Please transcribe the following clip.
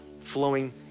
flowing